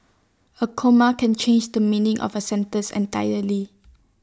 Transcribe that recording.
A comma can change the meaning of A sentence entirely